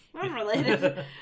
Unrelated